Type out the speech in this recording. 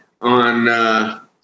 on